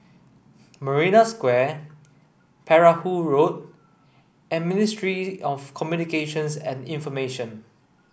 Marina Square Perahu Road and Ministry of Communications and Information